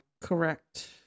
Correct